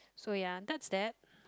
so ya that's that